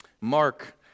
Mark